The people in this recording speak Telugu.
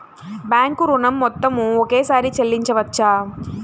బ్యాంకు ఋణం మొత్తము ఒకేసారి చెల్లించవచ్చా?